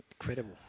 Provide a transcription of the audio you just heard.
Incredible